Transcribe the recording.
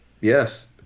Yes